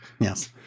Yes